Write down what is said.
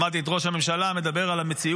שמעתי את ראש הממשלה מדבר על המציאות,